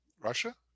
Russia